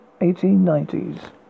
1890s